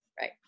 Right